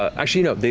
actually, no.